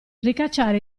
ricacciare